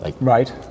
Right